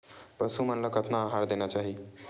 पशु मन ला कतना आहार देना चाही?